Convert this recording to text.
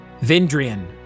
Vindrian